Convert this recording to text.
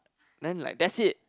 then like that's it